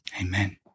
Amen